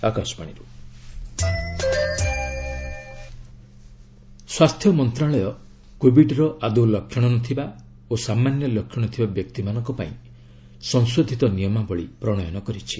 isolation guideline ସ୍ୱାସ୍ଥ୍ୟ ମନ୍ତ୍ରଣାଳୟ କୋବିଡ୍ର ଆଦୌ ଲକ୍ଷଣ ନଥିବା ଓ ସାମାନ୍ୟ ଲକ୍ଷଣ ଥିବା ବ୍ୟକ୍ତିମାନଙ୍କ ପାଇଁ ସଂଶୋଧିତ ନିୟମାବଳୀ ପ୍ରଣୟନ କରିଛି